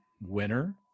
winner